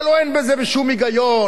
הלוא אין בזה שום היגיון,